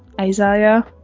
Isaiah